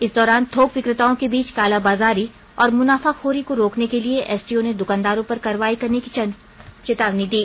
इस दौरान थोक विक्रेताओं के बीच कालाबाजारी और मुनाफाखोरी को रोकने के लिए एसडीओ ने दुकानदारों पर कार्रवाई करने की चेतावनी दी